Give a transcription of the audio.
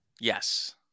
Yes